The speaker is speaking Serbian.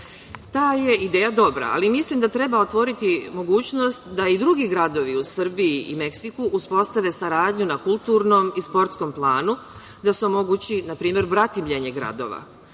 Ta je ideja dobra, ali mislim da treba otvoriti mogućnost da i drugi gradovi u Srbiji i Meksiku uspostave saradnju na kulturnom i sportskom planu, da se omogući, na primer, bratimljenje